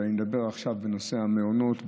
ואני מדבר עכשיו בנושא המעונות,